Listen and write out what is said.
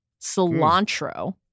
cilantro